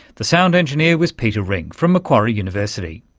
the sound engineer was peter ring from macquarie university.